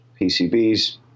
PCBs